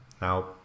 Now